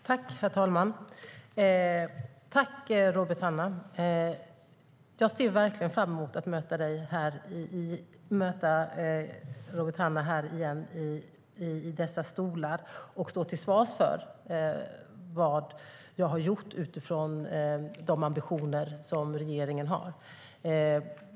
Herr talman! Tack, Robert Hannah! Jag ser verkligen fram emot att möta Robert Hannah i dessa stolar igen och då stå till svars för vad jag har gjort, utifrån de ambitioner som regeringen har.